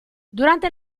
durante